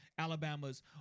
Alabama's